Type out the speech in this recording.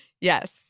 Yes